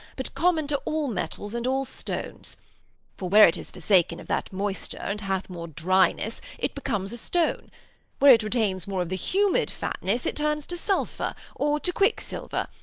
but common to all metals and all stones for, where it is forsaken of that moisture, and hath more driness, it becomes a stone where it retains more of the humid fatness, it turns to sulphur, or to quicksilver,